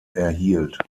erhielt